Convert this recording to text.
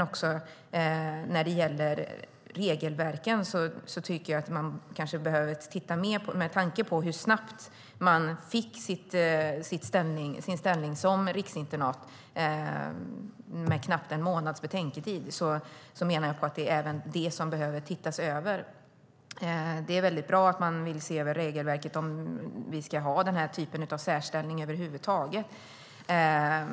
Också regelverken bör man se över med tanke på hur snabbt Lundsberg fick ställning som riksinternat. Det var knappt en månads betänketid. Även detta behöver ses över. Det är väldigt bra att man vill se över regelverket och om man ska ha den här typen av särställning över huvud taget.